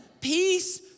peace